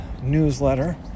Newsletter